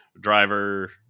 driver